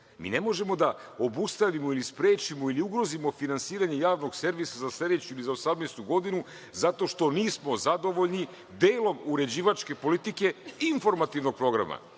ne možemo da obustavimo ili sprečimo ili ugrozimo finansiranje javnog servisa za sledeću ili za 2018. godinu zato što nismo zadovoljni delom uređivačke politike informativnog programa.